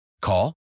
Call